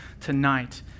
tonight